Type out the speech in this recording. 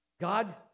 God